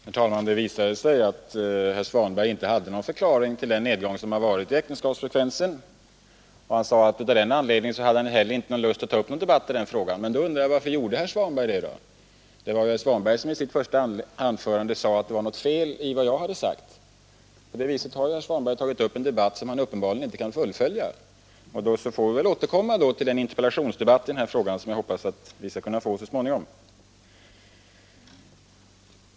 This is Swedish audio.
Herr talman! Det visade sig att herr Svanberg inte hade någon förklaring till den nedgång som förekommit i äktenskapsfrekvensen. Av den anledningen hade han heller inte någon lust att ta upp en debatt i den frågan. Då undrar jag varför herr Svanberg gjorde det. Det var ju herr Svanberg som i sitt första anförande påstod att det var något fel i vad jag hade sagt. På det viset har ju herr Svanberg tagit upp en debatt som han uppenbarligen inte kan fullfölja. Därför får vi väl återkomma vid den interpellationsdebatt i den här frågan som jag hoppas så småningom skall äga rum.